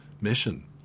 mission